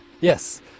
Yes